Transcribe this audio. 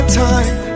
time